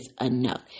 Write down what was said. enough